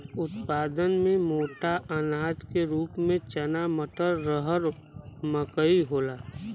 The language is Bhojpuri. उत्पादन में मोटा अनाज के रूप में चना मटर, रहर मकई होला